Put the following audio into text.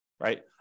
right